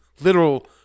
Literal